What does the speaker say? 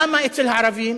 למה אצל הערבים